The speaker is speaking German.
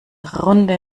runde